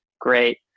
great